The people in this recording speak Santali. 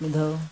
ᱢᱤᱫ ᱫᱷᱟᱹᱣ